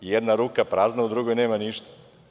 Jedna ruka prazna, a u drugoj nema ništa.